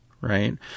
right